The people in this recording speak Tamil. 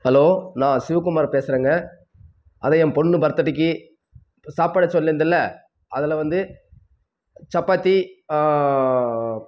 ஹலோ நான் சிவக்குமார் பேசுகிறேங்க அதுதான் என் பொண்ணு பர்த்துடேக்கு சாப்பாடு சொல்லியிருந்தேன்ல அதில் வந்து சப்பாத்தி